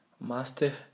Master